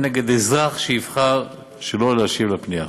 נגד אזרח שיבחר שלא להשיב על הפנייה.